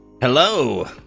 Hello